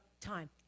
Time